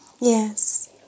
Yes